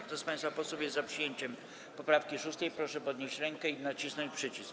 Kto z państwa posłów jest za przyjęciem poprawki 6., proszę podnieść rękę i nacisnąć przycisk.